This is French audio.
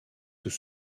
tout